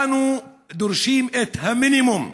אנו דורשים את המינימום בזכויות,